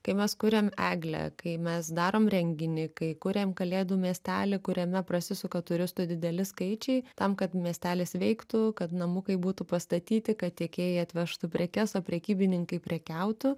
kai mes kuriam eglę kai mes darom renginį kai kuriam kalėdų miestelį kuriame prasisuka turistų dideli skaičiai tam kad miestelis veiktų kad namukai būtų pastatyti kad tiekėjai atvežtų prekes o prekybininkai prekiautų